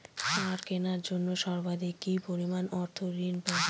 সার কেনার জন্য সর্বাধিক কি পরিমাণ অর্থ ঋণ পাব?